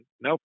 Nope